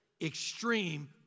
extreme